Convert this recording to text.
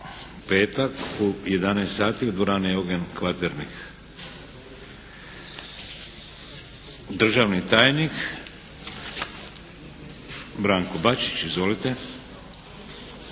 petak u 11,00 sati u dvorani "Eugen Kvaternik". Državni tajnik, Branko Bačić. Izvolite.